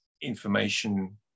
information